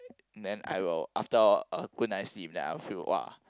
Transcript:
then I will after a good night sleep I will feel !wow!